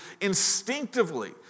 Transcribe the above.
instinctively